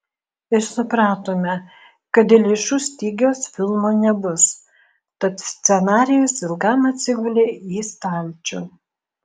ir supratome kad dėl lėšų stygiaus filmo nebus tad scenarijus ilgam atsigulė į stalčių